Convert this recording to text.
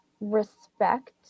respect